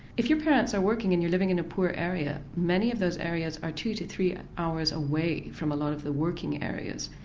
if your parents are working and you're living in a poor area, many of those areas are two to three hours away from a lot of the working areas,